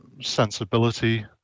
sensibility